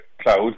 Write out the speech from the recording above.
cloud